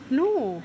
no